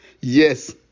Yes